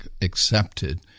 accepted